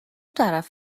طرف